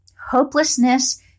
Hopelessness